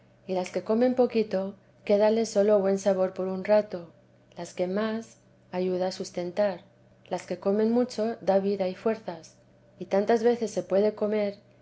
y las que comen poquito quédales sólo buen sabor por un rato las que más ayuda a sustentar las que comen mucho da vida y fuerzas y tantas veces se puede comer